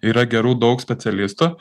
yra gerų daug specialistų